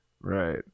Right